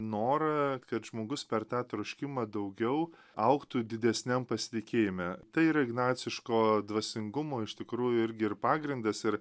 norą kad žmogus per tą troškimą daugiau augtų didesniam pasitikėjime tai yra ignaciško dvasingumo iš tikrųjų ir pagrindas ir